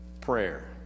prayer